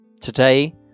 Today